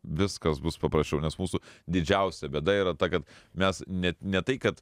viskas bus paprasčiau nes mūsų didžiausia bėda yra ta kad mes net ne tai kad